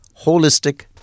holistic